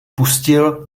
pustil